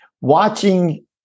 watching